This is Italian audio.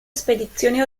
spedizioni